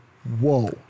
Whoa